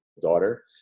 daughter